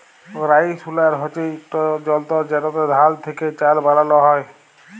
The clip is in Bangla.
রাইস হুলার হছে ইকট যলতর যেটতে ধাল থ্যাকে চাল বালাল হ্যয়